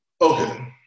Okay